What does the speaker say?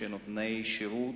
שהם נותני שירות,